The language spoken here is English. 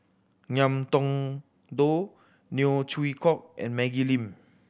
Ngiam Tong Dow Neo Chwee Kok and Maggie Lim